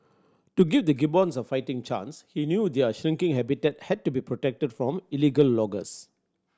to give the gibbons a fighting chance he knew their shrinking habitat had to be protected from illegal loggers